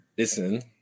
Listen